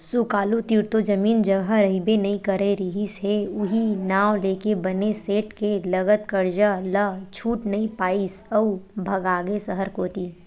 सुकालू तीर तो जमीन जघा रहिबे नइ करे रिहिस हे उहीं नांव लेके बने सेठ के लगत करजा ल छूट नइ पाइस अउ भगागे सहर कोती